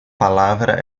palavra